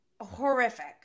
horrific